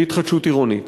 בהתחדשות עירונית?